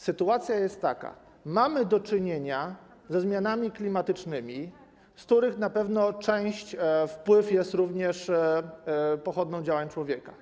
Sytuacja jest taka, mamy do czynienia ze zmianami klimatycznymi, z których na pewno część jest również pochodną działań człowieka.